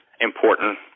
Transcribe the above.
important